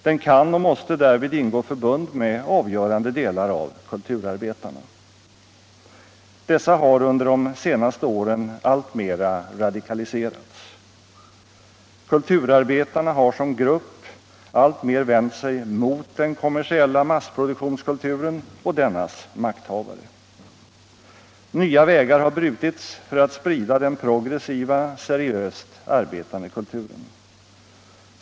Den kan och måste därvid ingå förbund med avgörande delar av kulturarbetarna. Dessa har under de senaste åren alltmera radikaliserats. Kulturarbetarna har som grupp alltmer vänt sig mot den kommersiella massproduktionskulturen och dennas makthavare. Nya vägar har brutits för att sprida den progressiva, Seriöst arbetande kulturen.